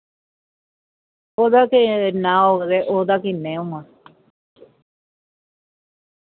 ओह्दा किन्ना होग ते ओह्दे किन्ने होङन